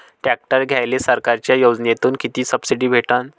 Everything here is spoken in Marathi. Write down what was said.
ट्रॅक्टर घ्यायले सरकारच्या योजनेतून किती सबसिडी भेटन?